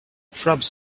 shrubs